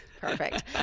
Perfect